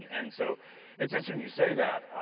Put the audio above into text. and and so it's interesting you say that,